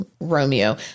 Romeo